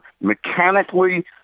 mechanically